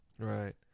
Right